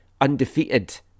Undefeated